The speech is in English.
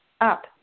up